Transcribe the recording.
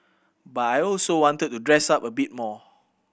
but I also wanted to dress up a bit more